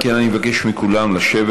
אם כן, אני מבקש מכולם לשבת.